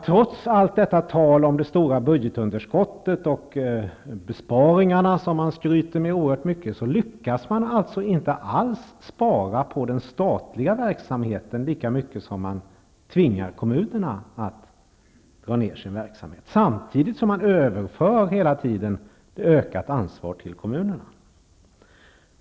Trots allt tal om det stora budgetunderskottet och besparingarna som man skryter oerhört mycket med lyckas man alltså inte alls spara på den statliga verksamheten lika mycket som man tvingar kommunerna att dra ner på sin verksamhet, samtidigt som man hela tiden överför ökat ansvar till kommunerna.